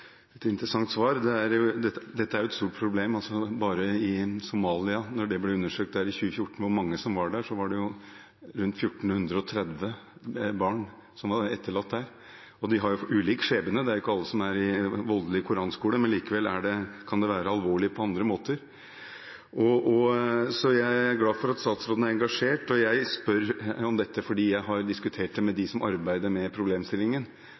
et interessant svar. Dette er et stort problem. Bare i Somalia, da det i 2014 ble undersøkt hvor mange som var der, var det rundt 1 430 barn som var etterlatt der. De har ulik skjebne, det er ikke alle som er i voldelig koranskole, men likevel kan det være alvorlig på andre måter. Jeg er glad for at statsråden er engasjert, og jeg spør om dette fordi jeg har diskutert det med dem som arbeider med problemstillingen,